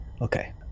okay